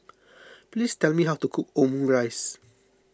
please tell me how to cook Omurice